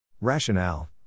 Rationale